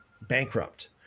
bankrupt